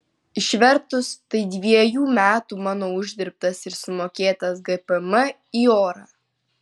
išvertus tai dviejų metų mano uždirbtas ir sumokėtas gpm į orą